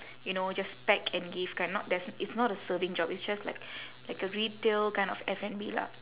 you know just pack and give kind not there's it's not a serving job it's just like like a retail kind of F&B lah